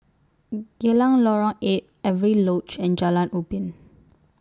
Geylang Lorong eight Avery Lodge and Jalan Ubin